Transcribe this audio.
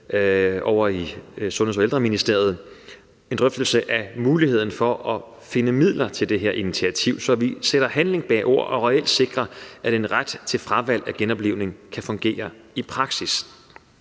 ovre i Sundheds- og Ældreministeriet af muligheden for at finde midler til det her initiativ, så vi sætter handling bag ord og reelt sikrer, at en ret til fravalg af genoplivning kan fungere i praksis.